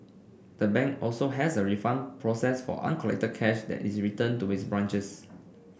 the bank also has a refund process for uncollected cash that is returned to its branches